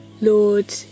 Lord